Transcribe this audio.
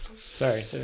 Sorry